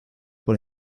por